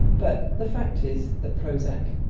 but the fact is that prozac,